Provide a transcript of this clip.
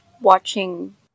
watching